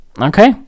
okay